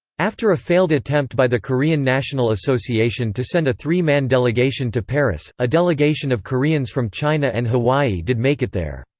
after a failed attempt by the korean national association to send a three-man delegation to paris, a delegation of koreans from china and hawaii did make it there.